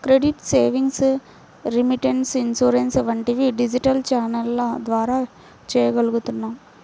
credit, savings, remittance, insurance వంటివి digital ఛానెల్ల ద్వారా చెయ్యగలుగుతున్నాం